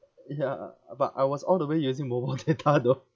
ya but I was all the way using mobile data though